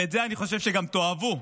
ואת זה אני חושב שגם תאהבו,